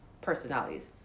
personalities